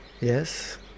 Yes